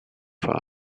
for